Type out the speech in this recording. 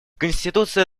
конституция